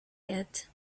yet